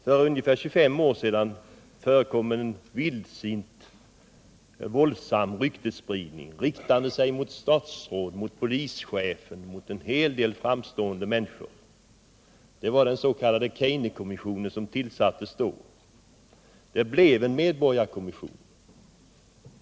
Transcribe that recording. För ungefär 25 år sedan förekom en våldsam ryktesspridning, riktad mot statsråd, mot polischefen, mot en hel del framstående människor. Det var den s.k. Kejnekommissionen som tillsattes då, och det blev en medborgarkommission.